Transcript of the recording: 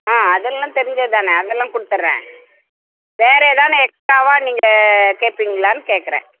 ஆ அதெல்லாம் தெரிஞ்சது தானே அதெல்லாம் கொடுத்துட்றேன் வேற ஏதேனும் எக்ஸ்ட்ராவாக நீங்கள் கேட்பிங்களான்னு கேட்கறேன்